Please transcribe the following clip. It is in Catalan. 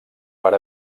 per